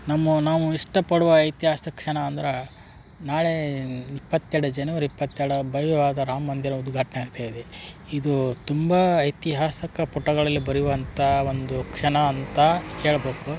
ನಮ್ಮ ನಾವು ಇಷ್ಟಪಡುವ ಐತಿಹಾಸಿಕ ಕ್ಷಣ ಅಂದ್ರೆ ನಾಳೆ ಇಪ್ಪತ್ತೆರಡು ಜನವರಿ ಇಪ್ಪತ್ತೆರಡು ಭವ್ಯವಾದ ರಾಮಮಂದಿರ ಉದ್ಘಾಟನೆ ಆಗ್ತಾಯಿದೆ ಇದು ತುಂಬ ಐತಿಹಾಸಿಕ ಪುಟಗಳಲ್ಲಿ ಬರೆಯುವಂಥ ಒಂದು ಕ್ಷಣ ಅಂತ ಹೇಳ್ಬೇಕು